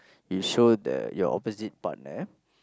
you show the your opposite partner